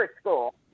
school